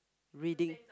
reading